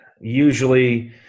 Usually